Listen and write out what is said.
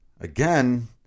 again